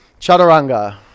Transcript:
chaturanga